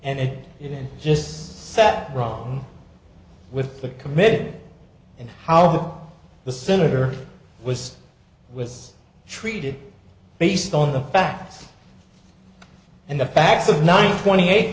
and it just sat wrong with the committed and how good the senator was was treated based on the facts and the facts of nine twenty eight